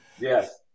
yes